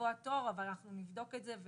לקבוע תור אבל נבדוק את זה,